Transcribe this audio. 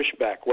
pushback